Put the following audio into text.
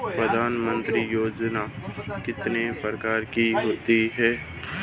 प्रधानमंत्री योजना कितने प्रकार की होती है?